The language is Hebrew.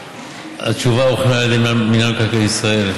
התשובה הוכנה על ידי 67 מקרקעי ישראל,